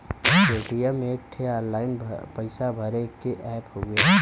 Paytm एक ठे online पइसा भरे के ऐप हउवे